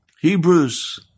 Hebrews